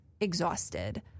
exhausted